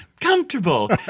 comfortable